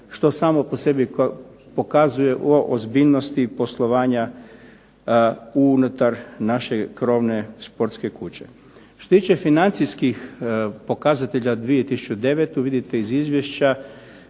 što samo po sebi pokazuje o ozbiljnosti poslovanja unutar naše krovne sportske kuće. Što se tiče financijskih pokazatelja 2009. vidite iz izvješća